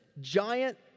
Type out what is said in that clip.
giant